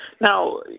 Now